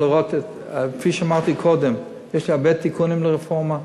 כפי שאמרתי קודם, יש לי הרבה תיקונים לרפורמה.